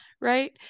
right